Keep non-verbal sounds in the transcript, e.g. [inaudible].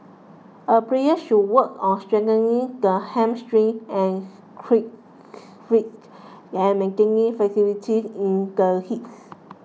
a player should work on strengthening the hamstring and [unintelligible] and maintaining flexibility in the hips